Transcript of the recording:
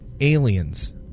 aliens